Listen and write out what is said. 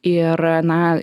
ir na